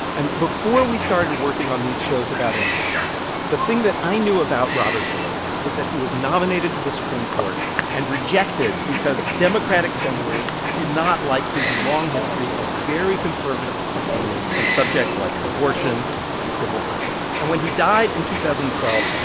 and before we started working on these shows about antitrust, the thing that i knew about robert bork was that he was nominated to the supreme court and rejected because democratic senators did not like his long history of very conservative opinions on subjects like abortion and civil rights. and when he died in two thousand and twelve,